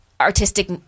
artistic